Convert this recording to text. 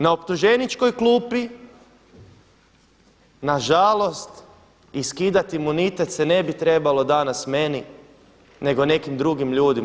Na optuženičkoj klupi na žalost i skidati imunitet se ne bi trebalo danas meni, nego nekim drugim ljudima.